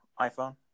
iPhone